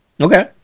okay